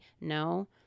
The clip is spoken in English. No